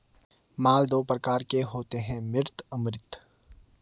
माल दो प्रकार के होते है मूर्त अमूर्त